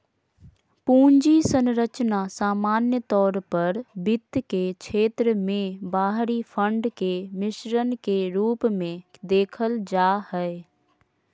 पूंजी संरचना सामान्य तौर पर वित्त के क्षेत्र मे बाहरी फंड के मिश्रण के रूप मे देखल जा हय